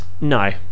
No